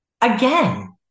again